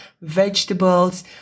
vegetables